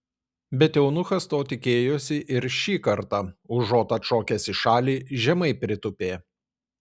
bet eunuchas to tikėjosi ir šį kartą užuot atšokęs į šalį žemai pritūpė